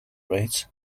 rates